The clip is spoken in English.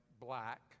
black